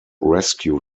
rescue